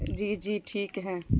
جی جی ٹھیک ہے